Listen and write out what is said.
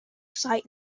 sight